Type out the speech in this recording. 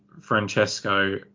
Francesco